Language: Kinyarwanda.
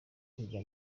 kwiga